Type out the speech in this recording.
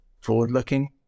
forward-looking